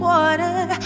Water